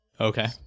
Okay